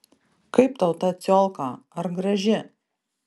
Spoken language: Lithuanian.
kaip tau ta ciolka ar graži